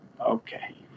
okay